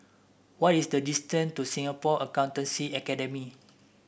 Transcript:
what is the distance to Singapore Accountancy Academy